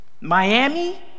Miami